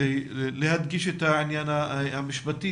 להדגשת העניין המשפטי.